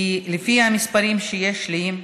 לפי המספרים שיש לי,